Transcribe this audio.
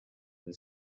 this